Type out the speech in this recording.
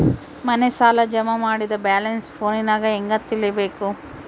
ಮನೆ ಸಾಲ ಜಮಾ ಮಾಡಿದ ಬ್ಯಾಲೆನ್ಸ್ ಫೋನಿನಾಗ ಹೆಂಗ ತಿಳೇಬೇಕು?